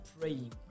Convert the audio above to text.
praying